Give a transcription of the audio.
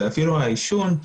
ואפילו העישון,